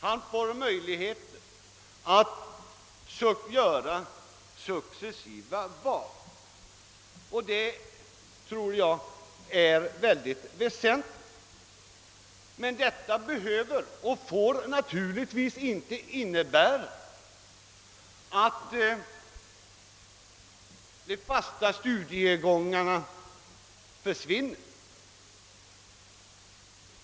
Han får möjligheter att välja successivt, vilket jag tror är mycket väsentligt. Men detta betyder inte, och får naturligtvis inte innebära, att de fasta studiegångarna försvinner.